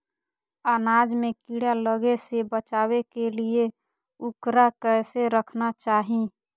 अनाज में कीड़ा लगे से बचावे के लिए, उकरा कैसे रखना चाही?